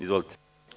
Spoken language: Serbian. Izvolite.